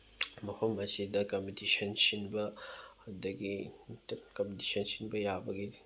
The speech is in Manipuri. ꯃꯐꯝ ꯑꯁꯤꯗ ꯀꯝꯄꯤꯇꯤꯁꯟ ꯁꯤꯟꯕ ꯑꯗꯨꯗꯒꯤ ꯀꯝꯄꯤꯇꯤꯁꯟ ꯁꯤꯟꯕ ꯌꯥꯕꯒꯤ